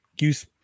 use